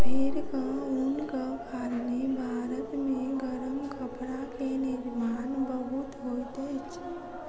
भेड़क ऊनक कारणेँ भारत मे गरम कपड़ा के निर्माण बहुत होइत अछि